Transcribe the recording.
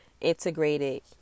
integrated